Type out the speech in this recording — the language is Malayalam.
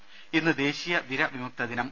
ദേദ ഇന്ന് ദേശീയ വിര വിമുക്ത ദിനം